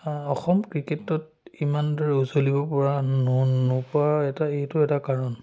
অসম ক্ৰিকেটত ইমান দৰে উজ্জ্বলিব পৰা নো নোপোৱা এটা এইটো এটা কাৰণ